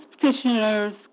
petitioners